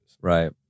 Right